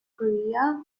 korea